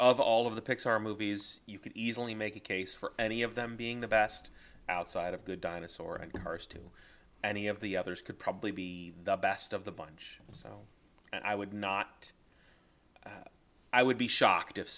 of all of the pixar movies you could easily make a case for any of them being the best outside of the dinosaur and harsh to any of the others could probably be the best of the bunch and i would not i would be shocked if